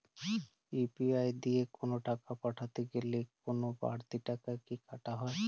UPI দিয়ে কোন টাকা পাঠাতে গেলে কোন বারতি টাকা কি কাটা হয়?